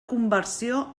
conversió